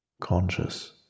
conscious